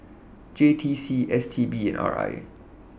J T C S T B and R I